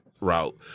route